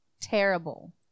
Terrible